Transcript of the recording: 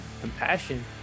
compassion